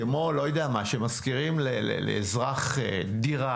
כמו שמשכירים לאזרח דירה,